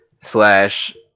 Slash